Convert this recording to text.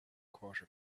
quarter